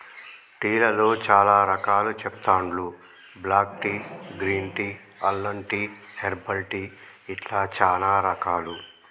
tea లలో చాల రకాలు చెస్తాండ్లు బ్లాక్ టీ, గ్రీన్ టీ, అల్లం టీ, హెర్బల్ టీ ఇట్లా చానా రకాలు